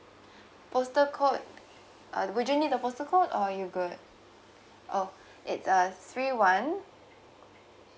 poster code uh would you need the poster code or you're good oh it's uh three one